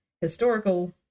historical